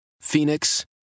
Phoenix